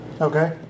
Okay